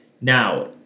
Now